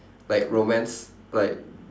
like romance like